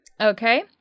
okay